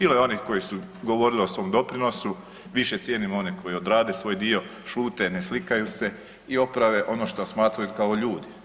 Bilo je onih koji su govorili o svom doprinosu, više cijenim one koji odrade svoj dio, šute, ne slikaju se i naprave ono što smatraju kao ljudi.